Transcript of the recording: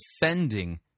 defending